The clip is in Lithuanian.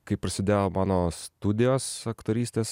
kai prasidėjo mano studijos aktorystės